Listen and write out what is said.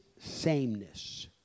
sameness